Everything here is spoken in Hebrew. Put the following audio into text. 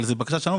זאת בקשה שלנו,